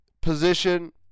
position